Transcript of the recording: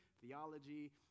theology